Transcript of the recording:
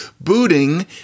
booting